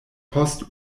post